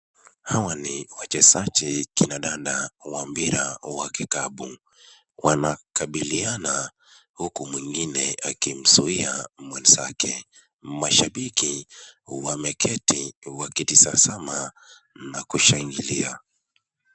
Hawa ni wachezaji kinadada wa mpira wa kikapu. Wanakabiliana huku mwingine akimzuia mwenzake. Mashabiki wameketi wakitazama na kushangilia.